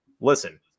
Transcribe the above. listen